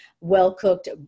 well-cooked